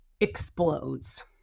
explodes